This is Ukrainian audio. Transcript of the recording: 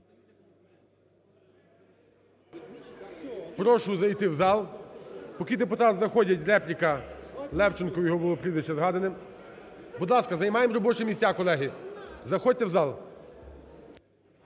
Прошу зайти в зал. Поки депутати заходять, репліка Левченка, його було прізвище згадане. Будь ласка, займаємо робочі місця, колеги, заходьте в зал.